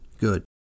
Good